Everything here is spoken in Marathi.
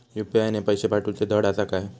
यू.पी.आय ने पैशे पाठवूचे धड आसा काय?